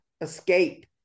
escape